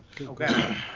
Okay